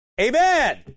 Amen